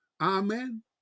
amen